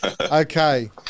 Okay